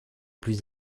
plus